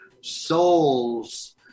souls